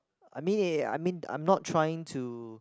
I mean I mean I'm not trying to